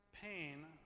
Pain